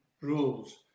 rules